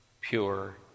pure